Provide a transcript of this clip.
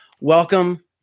welcome